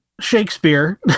Shakespeare